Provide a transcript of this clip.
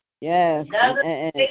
Yes